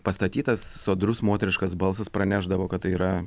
pastatytas sodrus moteriškas balsas pranešdavo kad tai yra